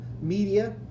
media